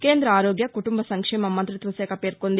కేంద్ర ఆరోగ్య కుటుంబ సంక్షేమ మంత్రిత్వశాఖ పేర్కొంది